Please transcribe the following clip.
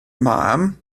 mam